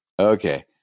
Okay